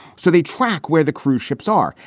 so they track where the cruise ships are.